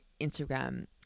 Instagram